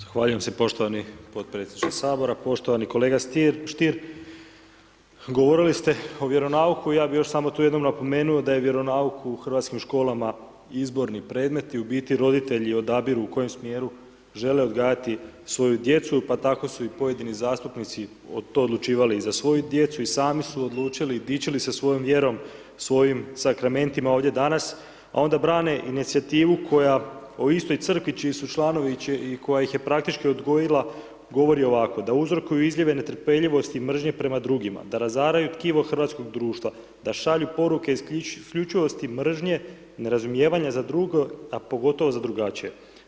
Zahvaljujem se poštovani potpredsjedniče Sabora, poštovani kolega Stier, govorili ste o vjeronauku, ja bi još samo tu jednom napomenuo da je vjeronauk u hrvatskim školama izborni predmet i u biti roditelji odabiru u kojem smjeru žele odgajati svoju djecu, pa tako su i pojedini zastupnici to odlučivali za svoju djecu i sami su odlučili i dičili se svojom vjerom, svojim sakramentima ovdje danas, a onda brane inicijativu koja o istoj crkvi, čiji su članovi i koja ih je praktički odgojila, govori ovako, da uzrokuje izljeve netrpeljivosti i mržnje prema drugima, da razaraju tkivo hrvatskog društva, da šalju poruke isključivosti mržnje i nerazumijevanje za drugo, a pogotovo za drugačije.